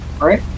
right